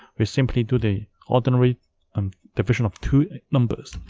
we simply do the ordinary um division of two numbers.